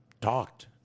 talked